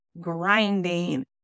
grinding